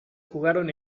jugaron